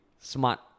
smart